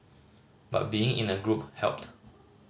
but being in a group helped